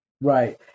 Right